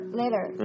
later